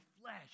flesh